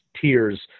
tiers